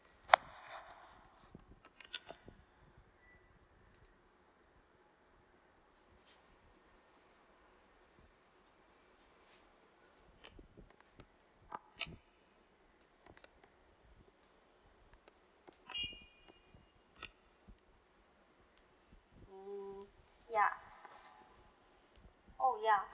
mm ya oh ya